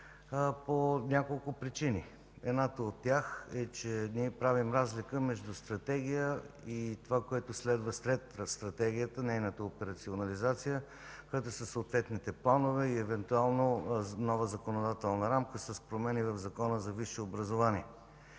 по няколко причини. Едната от тях е, че ние правим разлика между Стратегия и това, което следва след Стратегията – нейната операционализация, което са съответните планове и евентуално нова законодателна рамка с промени в Закона за висшето образование.